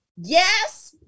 Yes